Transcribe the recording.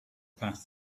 path